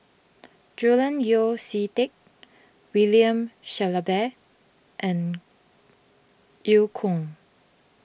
Julian Yeo See Teck William Shellabear and Eu Kong